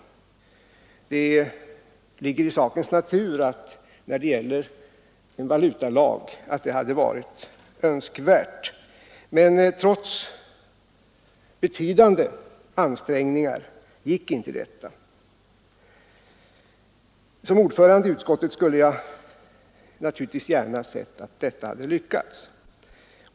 Det ligger i sakens natur att detta hade varit önskvärt när det gäller en valutalag. Men trots betydande ansträngningar gick inte detta. Som ordförande i utskottet skulle jag naturligtvis gärna ha sett att det hade lyckats.